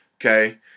okay